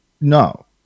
No